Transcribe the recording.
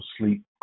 sleep